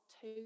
two